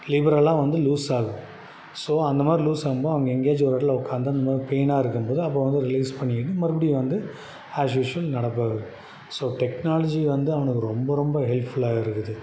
லிபரலாக வந்து லூஸ் ஆகும் ஸோ அந்தமாதிரி லூஸாகும் போ அங்கே எங்கேயாச்சும் ஒரு இடத்துல உக்காந்து இந்த மாதிரி பெயினாக இருக்கும்போது அப்போ வந்து ரிலீஸ் பண்ணிக்கின்னு மறுபடியும் வந்து ஆஸ்யூஸ்வல் நடப்பது ஸோ டெக்னாலஜி வந்து அவனுக்கு ரொம்ப ரொம்ப ஹெல்ஃபுல்லாக இருக்குது